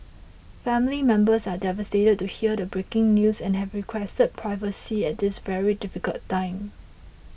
family members are devastated to hear the breaking news and have requested privacy at this very difficult time